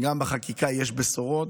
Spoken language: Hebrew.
גם בחקיקה יש בשורות.